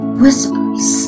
whispers